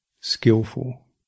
skillful